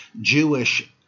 Jewish